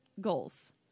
goals